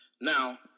Now